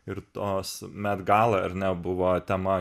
ir tos met gala ar ne buvo tema